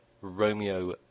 Romeo